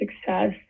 success